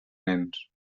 nens